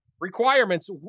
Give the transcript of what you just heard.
requirements